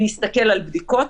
להסתכל על בדיקות,